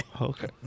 Okay